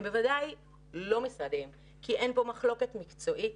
הם בוודאי לא משרדיים כי אין פה מחלוקת מקצועית